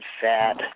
fat